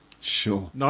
Sure